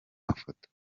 mafoto